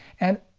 and,